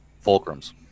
Fulcrum's